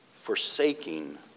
Forsaking